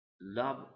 love